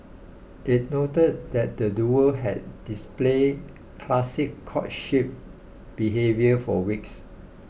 it noted that the duo had displayed classic courtship behaviour for weeks